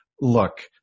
look